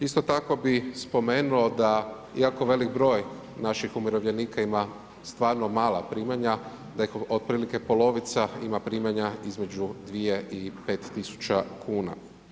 Isto tako bih spomenuo da, iako velik broj naših umirovljenika ima stvarno mala primanja da ih otprilike polovica ima primanja između dvije i pet tisuća kuna.